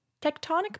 Tectonic